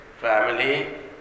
family